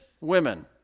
women